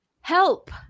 Help